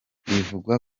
bivugwa